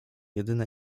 jedyna